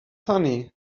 sunny